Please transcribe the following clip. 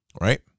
right